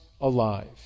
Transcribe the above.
alive